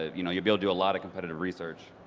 ah you know you will do a lot of competitive research.